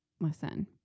Listen